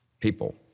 people